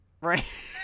Right